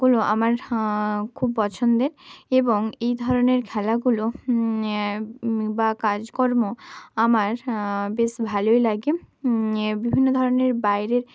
গুলো আমার খুব পছন্দের এবং এই ধরনের খেলাগুলো বা কাজকর্ম আমার বেশ ভালোই লাগে বিভিন্ন ধরনের বাইরের